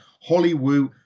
Hollywood